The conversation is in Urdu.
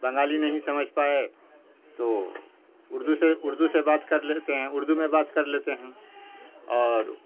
بنگالی نہیں سمجھ پائے تو اردو سے اردو سے بات کر لیتے ہیں اردو میں بات کر لیتے ہیں اور